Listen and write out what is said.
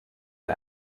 wir